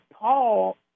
Paul